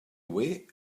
away